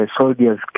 soldiers